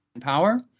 power